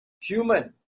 human